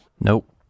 Nope